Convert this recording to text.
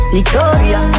Victoria